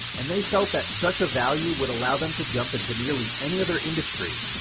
and they felt that such a value would allow them to jump into nearly any other industry,